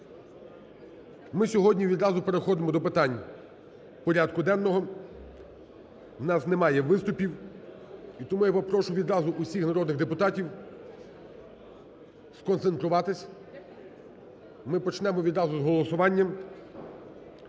Ми сьогодні відразу переходимо до питань порядку денного, у нас немає виступів. І тому я попрошу відразу усіх народних депутатів сконцентруватись, ми почнемо відразу з голосування,